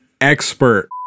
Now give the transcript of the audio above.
expert